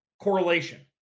correlation